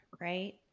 right